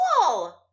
cool